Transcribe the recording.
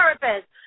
purpose